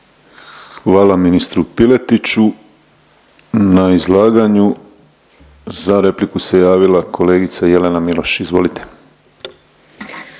Hvala ministru Piletiću na izlaganju. Za repliku se javila kolegica Jelena Miloš, izvolite.